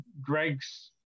Greg's